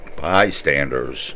bystanders